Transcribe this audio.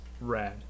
rad